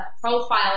profile